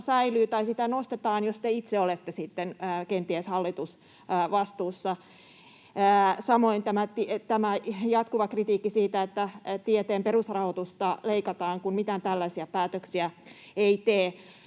tai sitä nostetaan, jos te itse olette sitten kenties hallitusvastuussa? Samoin on jatkuvaa kritiikkiä siitä, että tieteen perusrahoitusta leikataan, kun mitään tällaisia päätöksiä ei tehdä.